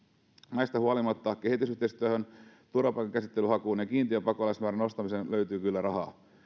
näistä huolimatta kehitysyhteistyöhön turvapaikkahakemusten käsittelyyn ja kiintiöpakolaismäärän nostamiseen löytyy kyllä rahaa